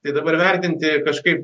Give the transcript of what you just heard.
tai dabar vertinti kažkaip